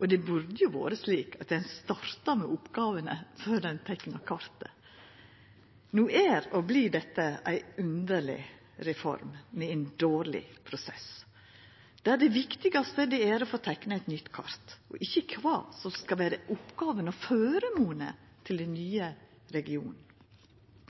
Det burde jo vore slik at ein starta med oppgåvene før ein teikna kartet. No er og blir dette ei underleg reform, med ein dårleg prosess, der det viktigaste er å få teikna eit nytt kart – ikkje kva som skal vera oppgåvene og føremonen med den